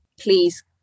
please